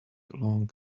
along